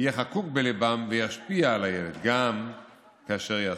יהיה חקוק בליבם וישפיע על הילד גם כאשר יזקין,